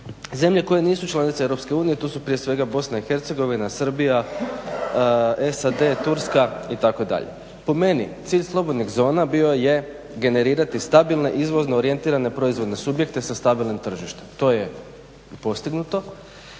Zemlje koje nisu članice EU, to su prije svega BIH, Srbija, SAD, Turska itd. Po meni cilj slobodnih zona bio je generirati stabilne izvozno orijentirane proizvodne subjekte sa stabilnim tržištem. To je postignuto